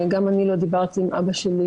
גם אני לא דיברתי עם אבא שלי